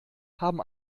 haben